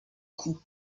coût